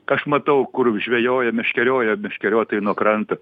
tai aš matau kur žvejoja meškerioja meškeriotojai nuo kranto